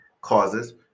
causes